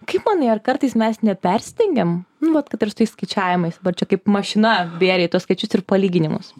kaip manai ar kartais mes nepersistengiam nu vat kad ir su tais skaičiavimais va čia kaip mašina bėrei tuos skaičius ir palyginimus